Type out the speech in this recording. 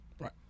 right